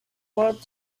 world